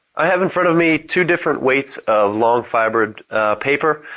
i have in front of me two different weights of long fiber paper,